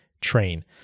train